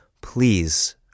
please